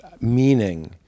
Meaning